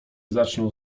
zaczną